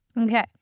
okay